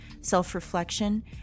self-reflection